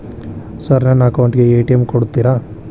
Sir ನನ್ನ account ಗೆ ATM ಕೊಡುತ್ತೇರಾ?